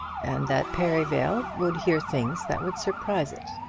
and that perivale would hear things that would surprise it.